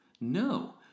No